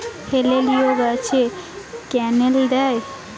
হেলিলিও গাছে ক্যানেল দেয়?